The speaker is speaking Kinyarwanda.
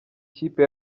kipe